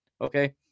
okay